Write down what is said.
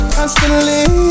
Constantly